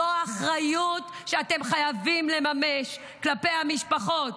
זו האחריות שאתם חייבים לממש כלפי המשפחות.